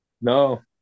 No